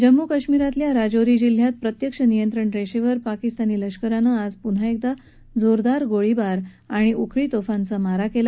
जम्मू कश्मीरातल्या राजौरी जिल्ह्यात प्रत्यक्ष नियंत्रण रेषेवर पाकिस्तानी लष्करानं आज प्न्हा एकदा जोरदार गोळीबार आणि उखळी तोफांचा मारा केला